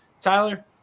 Tyler